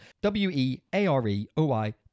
W-E-A-R-E-O-I